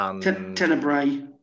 Tenebrae